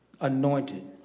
Anointed